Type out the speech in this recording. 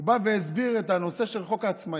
הוא בא והסביר את הנושא של חוק העצמאים.